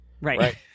right